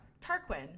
Tarquin